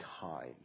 time